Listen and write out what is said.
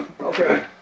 Okay